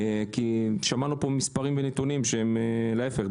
שמענו פה מספרים ונתונים שהם להפך,